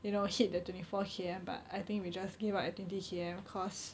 you know hit the twenty four K_M but I think we just gave up at twenty K_M cause